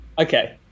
Okay